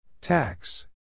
Tax